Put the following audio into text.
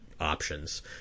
options